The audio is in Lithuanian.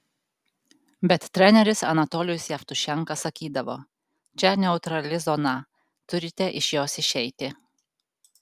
bet treneris anatolijus jevtušenka sakydavo čia neutrali zona turite iš jos išeiti